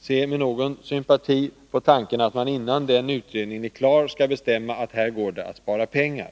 se med någon sympati på tanken att man innan den utredningen är klar skall bestämma att här går det att spara pengar.